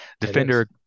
Defender